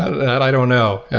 that i don't know.